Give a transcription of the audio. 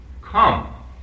come